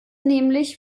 nämlich